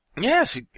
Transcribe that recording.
Yes